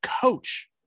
coach